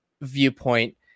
viewpoint